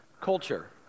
Culture